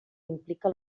implica